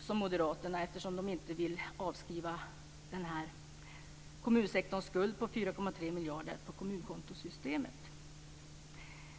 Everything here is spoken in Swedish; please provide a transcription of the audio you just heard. som Moderaterna eftersom de inte vill avskriva den skuld som kommunsektorn har på 4,3 miljarder i kommunkontosystemet. Herr talman!